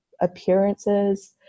appearances